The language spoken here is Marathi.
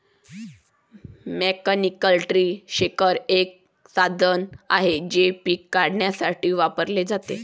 मेकॅनिकल ट्री शेकर हे एक साधन आहे जे पिके काढण्यासाठी वापरले जाते